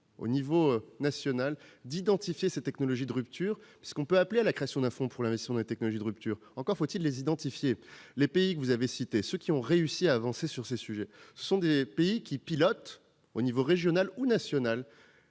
l'échelon national, d'identifier ces technologies de rupture ; en effet, on peut toujours appeler à la création d'un fonds pour l'investissement dans les technologies de rupture, mais encore faut-il les identifier. Les pays que vous avez cités, ceux qui ont réussi à avancer sur ces sujets, pilotent, au niveau régional ou national,